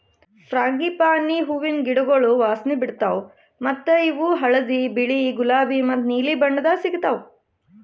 frangipani ಹೂವಿನ ಗಿಡಗೊಳ್ ವಾಸನೆ ಬಿಡ್ತಾವ್ ಮತ್ತ ಇವು ಹಳದಿ, ಬಿಳಿ, ಗುಲಾಬಿ ಮತ್ತ ನೀಲಿ ಬಣ್ಣದಾಗ್ ಸಿಗತಾವ್